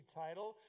title